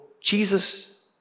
Jesus